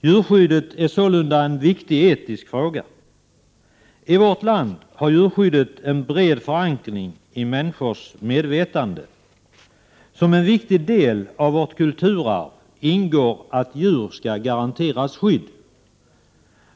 Djurskyddet är således en viktig etisk fråga. I vårt land är djurskyddet väl förankrat i människors medvetande. Det är en viktig del av vårt kulturarv att djur skall garanteras skydd.